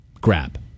grab